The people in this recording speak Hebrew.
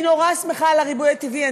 אני נורא שמחה על הריבוי הטבעי.